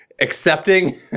accepting